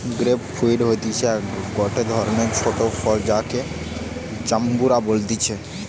grape fruit হতিছে গটে ধরণের ছোট ফল যাকে জাম্বুরা বলতিছে